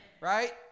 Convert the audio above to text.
Right